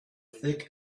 thick